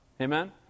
Amen